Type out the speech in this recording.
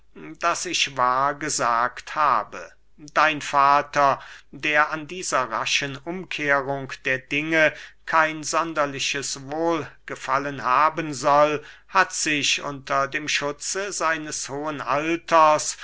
daß ich wahr gesagt habe dein vater der an dieser raschen umkehrung der dinge kein sonderliches wohlgefallen haben soll hat sich unter dem schutze seines hohen alters